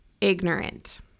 ignorant